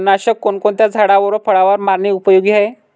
तणनाशक कोणकोणत्या झाडावर व फळावर मारणे उपयोगी आहे?